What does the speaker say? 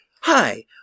Hi